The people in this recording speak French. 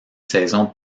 saison